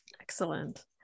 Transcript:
Excellent